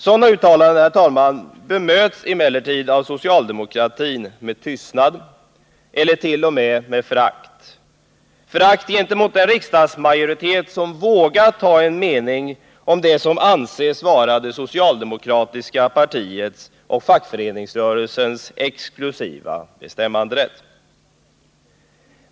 Sådana uttalanden, herr talman, bemöts emellertid av socialdemokratin med tystnad eller t.o.m., förakt — förakt gentemot den riksdagsmajoritet som vågat ha en mening om det som anses vara det socialdemokratiska partiets och fackföreningsrörelsens exklusiva bestämmanderätt.